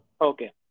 Okay